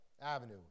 Avenue